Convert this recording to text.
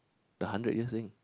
the hundred years thing